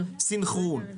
סנכרון.